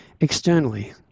externally